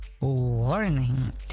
Warning